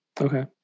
Okay